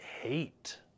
hate